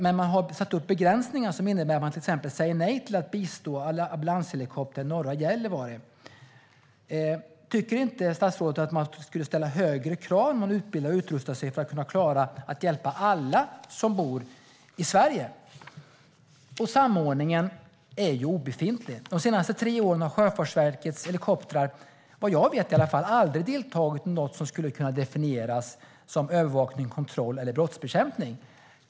Men man har satt upp begränsningar som innebär att man till exempel säger nej till att bistå ambulanshelikopter i norra Gällivare. Tycker inte statsrådet att man borde ställa högre krav i fråga om att utbilda och utrusta sig för att kunna klara att hjälpa alla som bor i Sverige? Samordningen är obefintlig. De senaste tre åren har Sjöfartsverkets helikoptrar - i alla fall vad jag vet - aldrig deltagit i något som skulle kunna definieras som övervakning, kontroll eller brottsbekämpning.